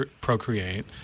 procreate